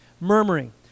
murmuring